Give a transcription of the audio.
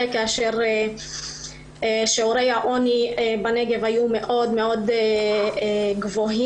כאשר שיעורי העוני בנגב היו מאוד מאוד גבוהים.